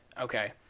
Okay